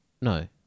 No